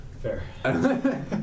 Fair